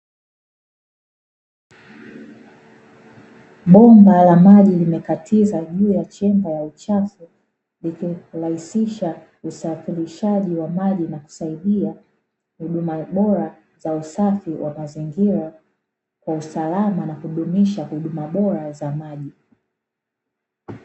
Bomba la maji limekatiza juu ya chemba ya uchafu, likirahisisha usafirishaji wa maji na kusaidia huduma bora za usafi wa mazingira kwa usalama na kudumisha huduma boa za maji.